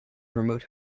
remote